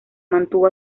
mantuvo